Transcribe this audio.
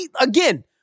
Again